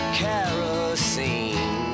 kerosene